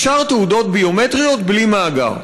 אפשר תעודות ביומטריות בלי מאגר.